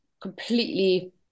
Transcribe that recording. completely